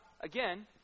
again